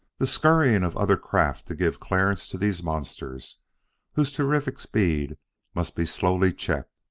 the scurrying of other craft to give clearance to these monsters whose terrific speed must be slowly checked.